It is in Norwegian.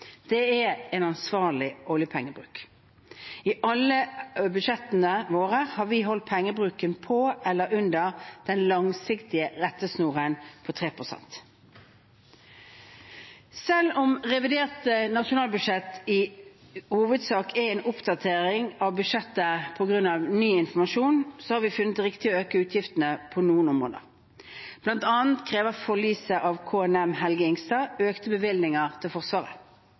Det er en ansvarlig oljepengebruk. I alle våre budsjetter har vi holdt pengebruken på eller under denne langsiktige rettesnoren på 3 pst. Selv om revidert nasjonalbudsjett i hovedsak er en oppdatering av budsjettet på grunn av ny informasjon, har vi funnet det riktig å øke utgiftene på noen områder. Blant annet krever forliset av KNM «Helge Ingstad» økte bevilgninger til Forsvaret.